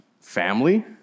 family